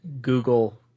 Google